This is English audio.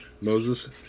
Moses